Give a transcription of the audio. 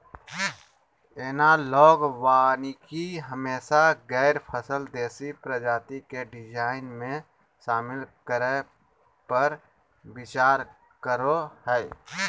analogue वानिकी हमेशा गैर फसल देशी प्रजाति के डिजाइन में, शामिल करै पर विचार करो हइ